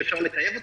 שאפשר לטייב אותם.